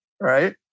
right